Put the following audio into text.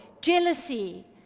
jealousy